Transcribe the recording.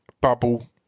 bubble